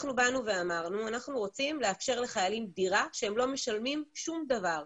אמרנו שאנחנו רוצים לאפשר לחיילים דירה בלי לשלם שום דבר,